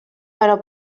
però